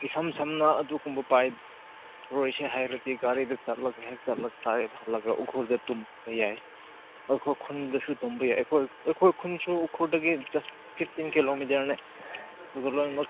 ꯏꯁꯝ ꯁꯝꯅ ꯑꯗꯨꯒꯨꯝꯕ ꯄꯥꯏꯔꯣꯏꯁꯦ ꯍꯥꯏꯔꯗꯤ ꯒꯥꯔꯤꯗ ꯆꯠꯂꯒ ꯍꯦꯛ ꯆꯠꯂꯒ ꯒꯥꯔꯤꯗ ꯍꯜꯂꯛꯂꯒ ꯎꯈ꯭ꯔꯨꯜꯗ ꯇꯨꯝꯕ ꯌꯥꯏ ꯑꯩꯈꯣꯏ ꯈꯨꯟꯗꯁꯨ ꯇꯨꯝꯕ ꯌꯥꯏ ꯑꯩꯈꯣꯏ ꯑꯩꯈꯣꯏ ꯈꯨꯟꯁꯨ ꯎꯈ꯭ꯔꯨꯜꯗꯒꯤ ꯖꯁ ꯐꯤꯞꯇꯤꯟ ꯀꯤꯂꯣꯃꯤꯇꯔꯅꯦ ꯑꯗꯨ ꯂꯣꯏꯅꯃꯛ